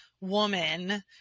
woman